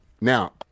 Now